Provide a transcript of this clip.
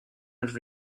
had